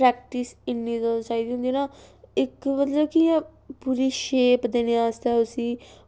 practice इन्नी चाहिदी होंदी ना इक एह् करियै के पूरी शेप देने आस्तै उसी